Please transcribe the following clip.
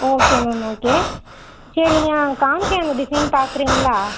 okay ma'am okay சரி நான் காமிக்கிறேன் அந்த டிசைன் பாக்குறீங்களா